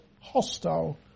hostile